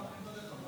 לך.